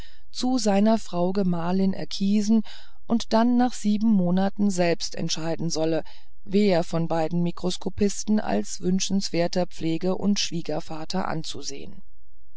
zu seiner frau gemahlin erkiesen und dann nach sieben monaten selbst entscheiden solle wer von beiden mikroskopisten als wünschenswerter pflege und schwiegervater anzusehen